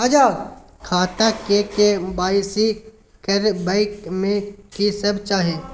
खाता के के.वाई.सी करबै में की सब चाही?